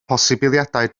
posibiliadau